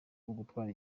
ugutwara